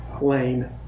Lane